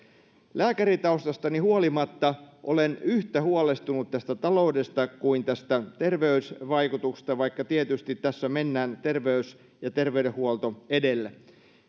lääkäritaustastani huolimatta olen yhtä huolestunut tästä taloudesta kuin tästä terveysvaikutuksesta vaikka tietysti tässä mennään terveys ja terveydenhuolto edellä